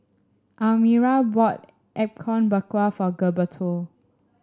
Elmyra bought Apom Berkuah for Gilberto